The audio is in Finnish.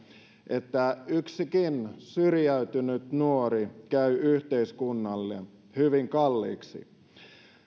että yksikin syrjäytynyt nuori käy yhteiskunnalle hyvin kalliiksi